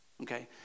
okay